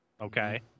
okay